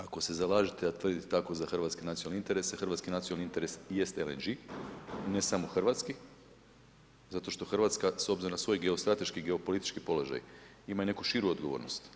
Ako se zalažete, a tako i za hrvatske nacionalne interese hrvatski nacionalni interes jest LNG i ne samo hrvatski zato što Hrvatska s obzirom na svoj geostrateški i geopolitički položaj ima i neku širu odgovornost.